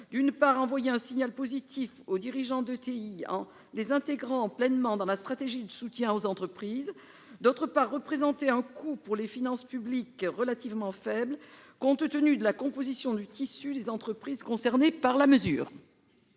d'une part, il envoie un signal positif aux dirigeants des ETI en les intégrant pleinement dans la stratégie de soutien aux entreprises ; d'autre part, il représente un coût relativement faible pour les finances publiques, compte tenu de la composition du tissu des entreprises concernées par la mesure.